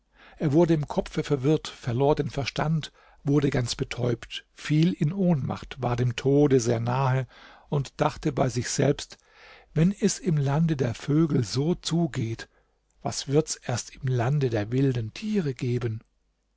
er wurde im kopfe verwirrt verlor den verstand wurde ganz betäubt fiel in ohnmacht war dem tode sehr nahe und dachte bei sich selbst wenn es im lande der vögel so zugeht was wird's erst im lande der wilden tiere geben